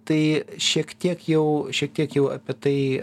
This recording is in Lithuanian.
tai šiek tiek jau šiek tiek jau apie tai